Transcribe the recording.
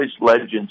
legends